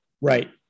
Right